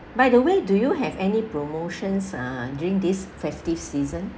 by the way do you have any promotions uh during this festive season